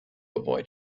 avoid